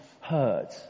hurt